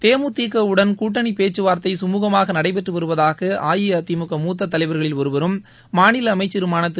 தேமுதிகவுடன் கூட்டணி பேச்சுவார்த்தை கமுகமாக நடைபெற்று வருவதாக அஇஅதிமுக முத்த தலைவர்களில் ஒருவரும் மாநில அமைச்சருமான திரு